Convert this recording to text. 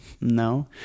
No